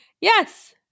Yes